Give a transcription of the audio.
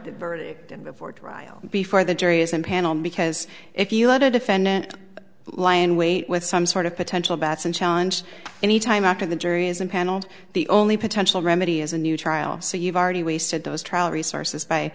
the verdict and before trial before the jury is impaneled because if you let a defendant lie in wait with some sort of potential batson challenge any time after the jury is impaneled the only potential remedy is a new trial so you've already wasted those trial resources by